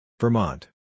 Vermont